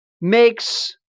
makes